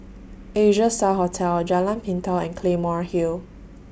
Asia STAR Hotel Jalan Pintau and Claymore Hill